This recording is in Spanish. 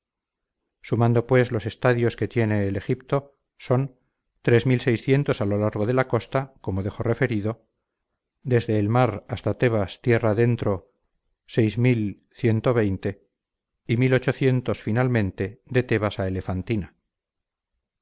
sumando pues los estadios que tiene el egipto son a lo largo de la costa como dejo referido desde el mar hasta tebas tierra adentro y finalmente de tebas a elefantina